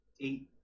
Eight